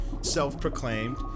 self-proclaimed